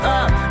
up